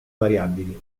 variabili